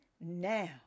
now